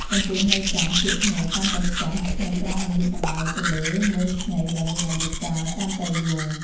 ចំពោះន័យចំ ពាក្យ ខ្ញីកាន់តែចាស់ នៅត្រង់នេះសំដៅទៅលើ មើមខ្ញីដែលមានអាយុកាលកាន់តែយូរ។